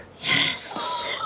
Yes